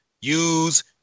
use